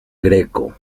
greco